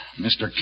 Mr